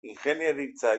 ingeniaritza